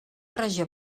regió